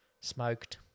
Smoked